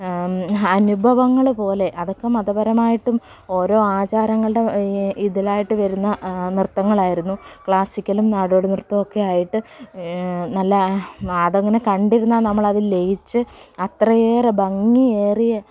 അനുഭവങ്ങളുപോലെ അതൊക്കെ മതപരമായിട്ടും ഓരോ ആചാരങ്ങളുടെ ഇതിലായിട്ട് വരുന്ന നൃത്തങ്ങളായിരുന്നു ക്ലാസിക്കലും നാടോടിനൃത്തമൊക്കെ ആയിട്ട് നല്ല അതങ്ങനെ കണ്ടിരുന്നാൽ നമ്മളതിൽ ലയിച്ചു അത്രയേറെ ഭംഗിയേറിയ